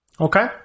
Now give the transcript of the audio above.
okay